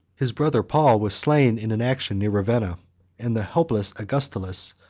his brother paul was slain in an action near ravenna and the helpless augustulus,